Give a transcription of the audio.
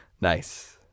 Nice